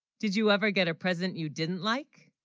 did you ever get a present you didn't like